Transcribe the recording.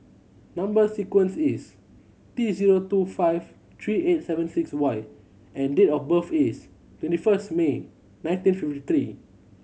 number sequence is T zero two five three eight seven six Y and date of birth is twenty first May nineteen fifty three